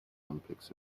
olympics